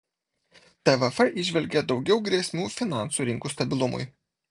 tvf įžvelgia daugiau grėsmių finansų rinkų stabilumui